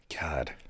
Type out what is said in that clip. god